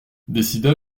décida